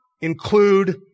include